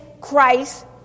Christ